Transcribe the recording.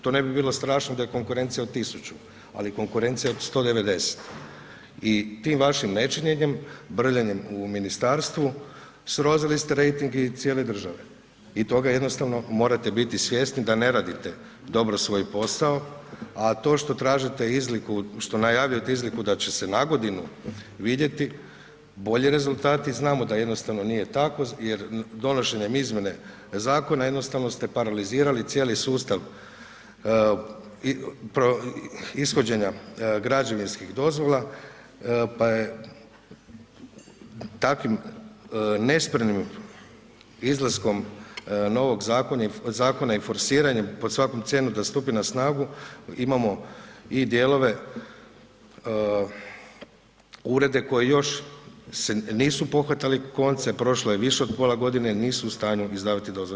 To ne bi bilo strašno da je konkurencija od 1000, ali konkurencija je od 190 i tim vašim nečinjenjem, brljanjem u ministarstvu, srozali ste rejting i cijele države i toga jednostavno morate biti svjesni da ne radite dobro svoj posao, a to što tražile izliku, što najavljujete izliku da će se nagodinu vidjeti bolji rezultati, znamo da jednostavno nije tako jer donošenjem izmjene zakona jednostavno ste paralizirali cijeli sustav ishođenja građevinskih dozvola pa je takvim nespremnim izlaskom novog zakona i forsiranjem pod svaku cijenu da stupi na snagu imamo i dijelove urede koji još se nisu pohvatali konce, prošlo je više od pola godine, nisu u stanju izdavati dozvole.